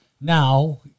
Now